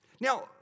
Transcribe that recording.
Now